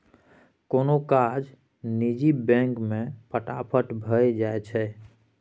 कोनो काज निजी बैंक मे फटाफट भए जाइ छै